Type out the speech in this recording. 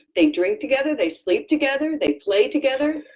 they drink together, they sleep together, they play together.